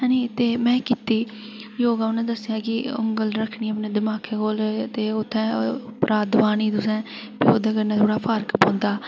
ऐ नी ते में कीती योगा उ'न्ने दस्सेआ की औंगल रक्खनी अपने दमाकै कोल ते उत्थें उप्परा दबानी तुसें ते ओह्दे कन्नै थोह्ड़ा फर्क पौंदा